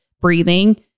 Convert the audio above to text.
breathing